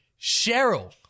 Cheryl